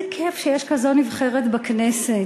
איזה כיף שיש כזו נבחרת בכנסת,